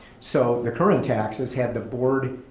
so the current taxes had the board